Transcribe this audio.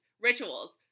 rituals